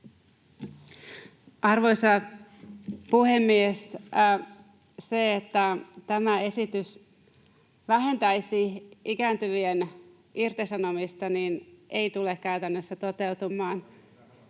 Arvoisa puhemies! Se, että tämä esitys vähentäisi ikääntyvien irtisanomista, ei tule käytännössä toteutumaan,